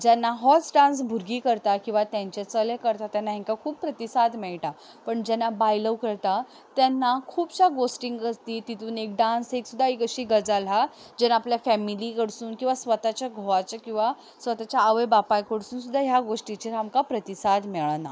जेन्ना होच डांस भुरगीं करता किंवां तेंचे चले करता तेन्ना तांकां खूब प्रतिसाद मेळटा पण जेन्ना बायलो करता तेन्ना खुबश्या गोश्कटींक तितूंत एक डांस एक सुद्दा अशी गजाल हा जेन्ना आपल्या फेमिली कडसून किंवां स्वताच्या घोवाच्या किंवां स्वताच्या आवय बापाय कडसून सुद्दा ह्या गोष्टीचेर आमकां प्रतिसाद मेळना